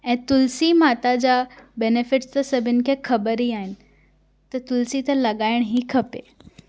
ऐं तुलसी माता जा बैनिफिट्स त सभिनि खे ख़बर ई आहिनि त तुलसी त लगाइण ई खपे